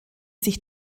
sich